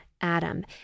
Adam